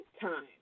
time